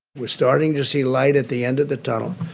we're starting to see light at the end of the tunnel.